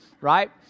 Right